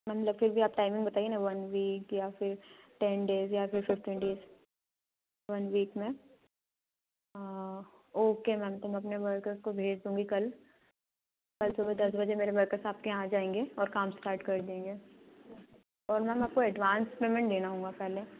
ma'am फिर भी आप टाइमिंग बताइए न वन वीक या फिर टेन डेज़ या फिर फ़िफ्टीन डेज़ वन वीक में ओके मैम तो मैं अपने वर्कर्स को भेज दूँगी कल कल सुबह दस बजे मेरे वर्कर्स आपके यहाँ आ जाएंगे और काम इस्टार्ट कर देंगे और मैम आपको एडवांस पेमेंट देना होगा पहले